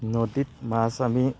নদীত মাছ আমি